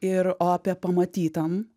ir o apie pamatytam